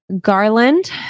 garland